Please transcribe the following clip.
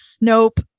nope